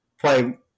play